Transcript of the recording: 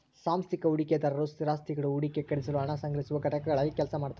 ಸಾಂಸ್ಥಿಕ ಹೂಡಿಕೆದಾರರು ಸ್ಥಿರಾಸ್ತಿಗುಳು ಹೂಡಿಕೆ ಖರೀದಿಸಲು ಹಣ ಸಂಗ್ರಹಿಸುವ ಘಟಕಗಳಾಗಿ ಕೆಲಸ ಮಾಡ್ತವ